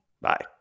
Bye